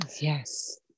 Yes